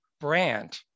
brand